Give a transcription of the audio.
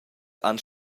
han